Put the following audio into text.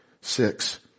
six